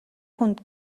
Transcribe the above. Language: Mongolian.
хүнд